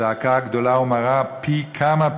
זעקה גדולה ומרה פי כמה,